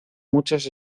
muchas